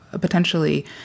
potentially